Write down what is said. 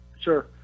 Sure